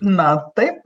na taip